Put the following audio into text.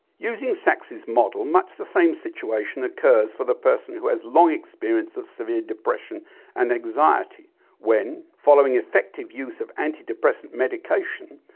using sack's model much the same situation occurs for the person who has long experience of severe depression and anxiety when, following effective use of anti-depressant medication,